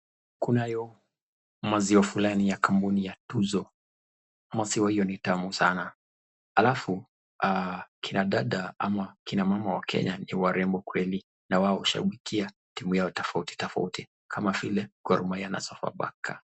Kunayo maziwa fulani ya kampuni ya tuzo, maziwa hiyo ni tamu sana, halafu kina dada ama kina mama wa kenya ni warembo kweli na wao hushabikia timu yao tofauti tofauti kama vile Gor Mahia na Sofapaka.